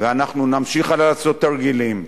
ואנחנו נמשיך לעשות תרגילים,